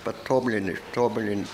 patobulini tobulin